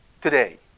today